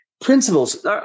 Principles